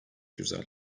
güzel